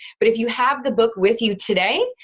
but if you have the book with you today,